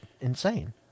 insane